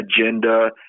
agenda